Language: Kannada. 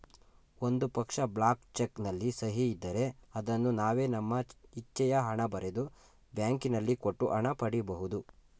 ಒಂದು ಪಕ್ಷ, ಬ್ಲಾಕ್ ಚೆಕ್ ನಲ್ಲಿ ಸಹಿ ಇದ್ದರೆ ಅದನ್ನು ನಾವೇ ನಮ್ಮ ಇಚ್ಛೆಯ ಹಣ ಬರೆದು, ಬ್ಯಾಂಕಿನಲ್ಲಿ ಕೊಟ್ಟು ಹಣ ಪಡಿ ಬಹುದು